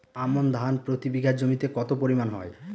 আমন ধান প্রতি বিঘা জমিতে কতো পরিমাণ হয়?